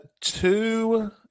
two